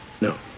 No